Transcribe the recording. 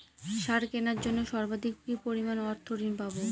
সার কেনার জন্য সর্বাধিক কি পরিমাণ অর্থ ঋণ পাব?